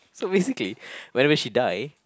so basically whenever she die